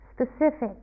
specific